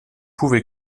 pouvez